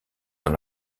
dans